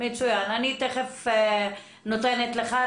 אני תכף נותנת לך,